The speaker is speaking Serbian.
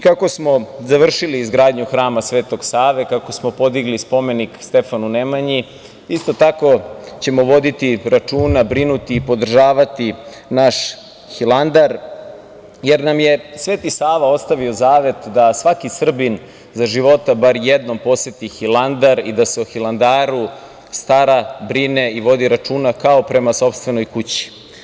Kako smo završili izgradnju Hrama Sv. Save, kako smo pogidli spomenik Stefanu Nemanji, isto tako ćemo vodiri računa, brinuti, podržavati naš Hilandar, jer nam je Sv. Sava ostavio zavet da svaki Srbin za života bar jednom poseti Hilandar i da se o Hilandaru stara, brine i vodi računa kao prema sopstvenoj kući.